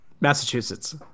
Massachusetts